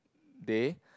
they